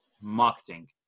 marketing